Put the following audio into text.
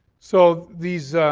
so these